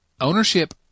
ownership